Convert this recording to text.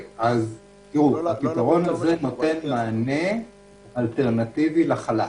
הפתרון זה נותן מענה אלטרנטיבי לחל"ת.